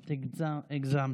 את קצת הגזמת.